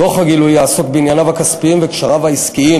דוח הגילוי יעסוק בענייניו הכספיים ובקשריו העסקיים